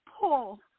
pull